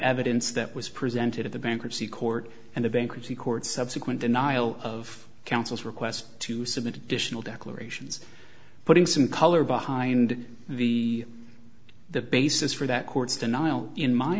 evidence that was presented at the bankruptcy court and the bankruptcy court subsequent denial of counsel's request to submit additional declarations putting some color behind the the basis for that court's denial in my